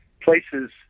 places